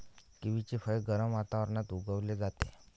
किवीचे फळ गरम वातावरणात उगवले जाते